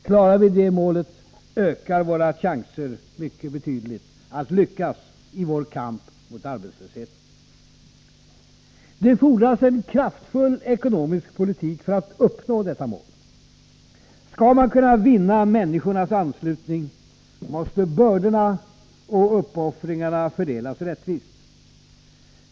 Klarar vi det målet ökar våra chanser betydligt att lyckas i kampen mot arbetslösheten. Det fordras en kraftfull ekonomisk politik för att uppnå detta mål. Skall man kunna vinna människornas anslutning måste bördorna och uppoffringarna fördelas rättvist.